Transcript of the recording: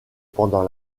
pendant